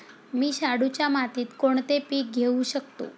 मी शाडूच्या मातीत कोणते पीक घेवू शकतो?